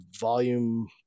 volume